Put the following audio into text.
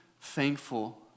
thankful